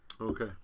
Okay